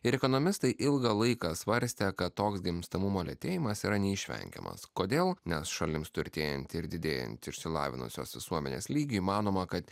ir ekonomistai ilgą laiką svarstė kad toks gimstamumo lėtėjimas yra neišvengiamas kodėl nes šalims turtėjant ir didėjant išsilavinusios visuomenės lygį manoma kad